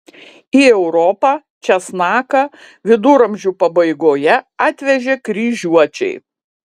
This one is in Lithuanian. į europą česnaką viduramžių pabaigoje atvežė kryžiuočiai